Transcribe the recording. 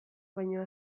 baino